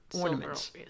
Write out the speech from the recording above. ornaments